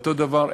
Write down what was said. אותו דבר,